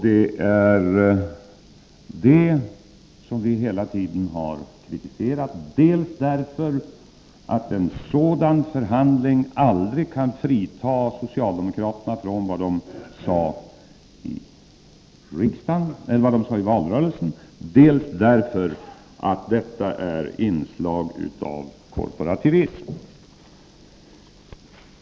Det är detta som vi hela tiden har kritiserat — dels därför att en sådan förhandling aldrig kan frita socialdemokraterna från vad de sade i valrörelsen, dels därför att detta är ett utslag av korporativism.